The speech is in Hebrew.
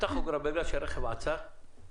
מבחינת הטכוגרף, ברגע שהרכב עצר,